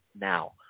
now